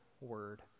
word